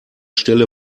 stelle